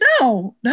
No